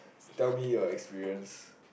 tell me your experience